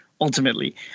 ultimately